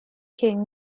king